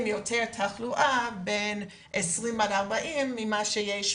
עם יותר תחלואה בגילאים 20-40 מאשר בגילאים